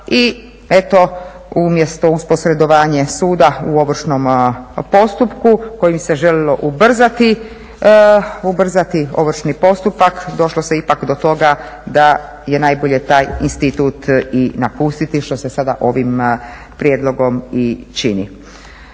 I eto umjesto u posredovanje suda u ovršnom postupku kojim se željelo ubrzati ovršni postupak došlo se ipak do toga da je najbolje taj institut i napustiti što se sada ovim prijedlogom i čini.